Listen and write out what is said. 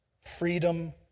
Freedom